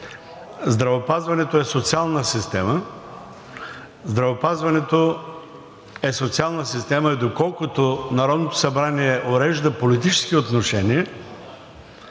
здравеопазването е социална система и доколкото Народното събрание урежда политически отношения,